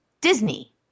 Disney